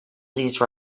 these